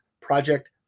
project